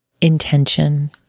intention